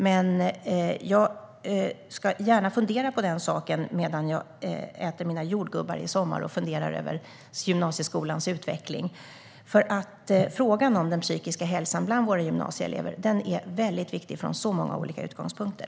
Men jag ska gärna fundera på den saken medan jag äter mina jordgubbar i sommar och funderar över gymnasieskolans utveckling. Frågan om den psykiska hälsan bland våra gymnasieelever är nämligen mycket viktig från så många olika utgångspunkter.